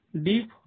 deep